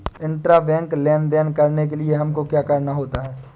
Intrabank लेन देन करने के लिए हमको क्या करना होता है?